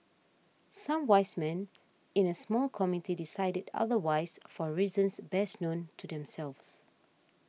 some 'wise men' in a small committee decided otherwise for reasons best known to themselves